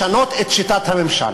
לשנות את שיטת הממשל.